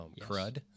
crud